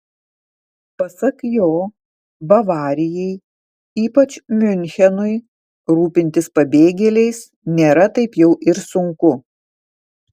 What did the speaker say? pasak jo bavarijai ypač miunchenui rūpintis pabėgėliais nėra taip jau ir sunku